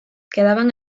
quedaban